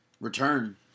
Return